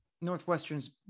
Northwestern's